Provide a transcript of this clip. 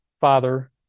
father